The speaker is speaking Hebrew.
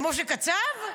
משה קצב?